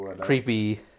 creepy